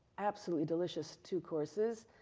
absolutely delicious, two courses.